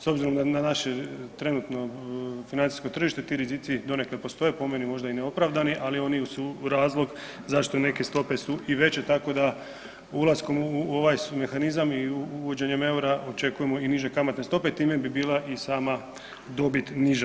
S obzirom na naše trenutno financijsko tržište ti rizici donekle postoje, po meni možda i neopravdani, ali oni su razlog zašto neke stope su i veće tako da ulaskom u ovaj mehanizam i uvođenjem eura očekujemo i niže kamatne stope, time bi bila i sama dobit niža.